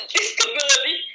Disability